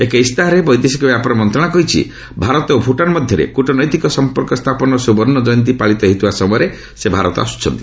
ଏକ ଇସ୍ତାହାରରେ ବୈଦେଶିକ ବ୍ୟାପାର ମନ୍ତ୍ରଣାଳୟ କହିଛି ଭାରତ ଓ ଭୁଟାନ ମଧ୍ୟରେ କୂଟନୈତିକ ସଂପର୍କ ସ୍ଥାପନର ସୁବର୍ଣ୍ଣ ଜୟନ୍ତୀ ପାଳିତ ହେଉଥିବା ସମୟରେ ସେ ଭାରତ ଗସ୍ତରେ ଆସୁଛନ୍ତି